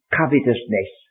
covetousness